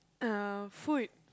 uh food